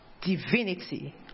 divinity